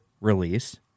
release